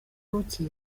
buke